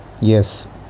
Yes